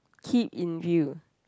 keep in view